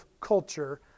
culture